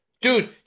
Dude